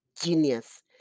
genius